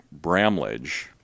Bramlage